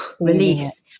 release